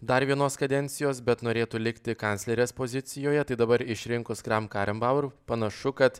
dar vienos kadencijos bet norėtų likti kanclerės pozicijoje tai dabar išrinkus kram karenbauer panašu kad